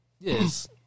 Yes